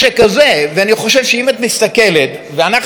אני חושב שאם את מסתכלת ואנחנו חברות וחברי